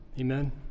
Amen